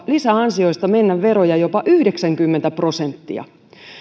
lisäansioista mennä veroja jopa yhdeksänkymmentä prosenttia